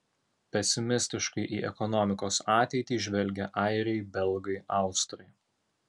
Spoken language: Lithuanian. pesimistiškai į ekonomikos ateitį žvelgia airiai belgai austrai